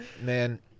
man